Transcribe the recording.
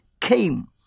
came